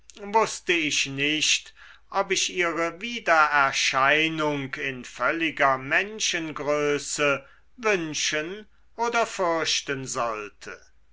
wußte ich nicht ob ich ihre wiedererscheinung in völliger menschengröße wünschen oder fürchten sollte